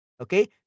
okay